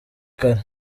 kare